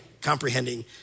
comprehending